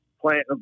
plant